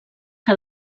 que